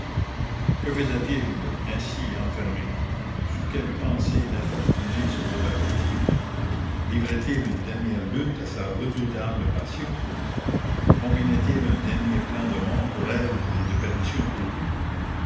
que faisait-il ainsi enfermé sous quelles pensées l'infortuné se débattait il livrait il une dernière lutte à sa redoutable passion combinait il un dernier plan de mort pour elle et de perdition pour lui